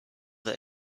that